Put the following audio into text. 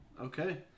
Okay